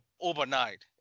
overnight